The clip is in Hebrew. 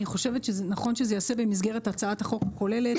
אני חושבת שנכון שזה ייעשה במסגרת הצעת החוק הכוללת,